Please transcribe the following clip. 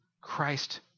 Christ